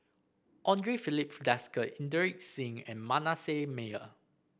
Andre Filipe Desker Inderjit Singh and Manasseh Meyer